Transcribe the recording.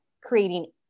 creating